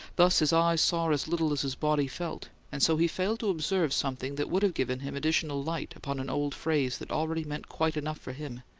thus his eyes saw as little as his body felt, and so he failed to observe something that would have given him additional light upon an old phrase that already meant quite enough for him.